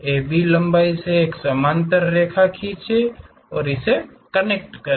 AB line से एक समानांतर रेखा खींचें और इसे कनेक्ट करें